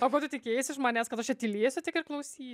o ko tu tikėjaisi iš manęs kad aš čia tylėsiu tik ir klausysiu